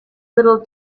little